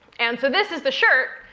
and so this is the shirt.